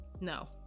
No